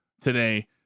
today